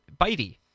bitey